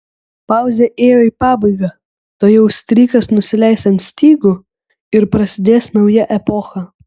pauzė ėjo į pabaigą tuojau strykas nusileis ant stygų ir prasidės nauja epocha